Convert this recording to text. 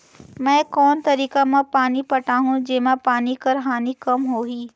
मैं कोन तरीका म पानी पटाहूं जेमा पानी कर हानि कम होही?